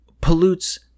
pollutes